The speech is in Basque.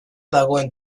dagoen